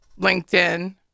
LinkedIn